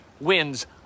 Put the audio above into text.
wins